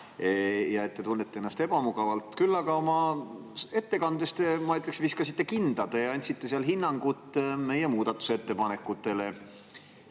ja et te tunnete ennast ebamugavalt. Aga oma ettekandes te, ma ütleksin, viskasite kinda, te andsite seal hinnangu meie muudatusettepanekutele.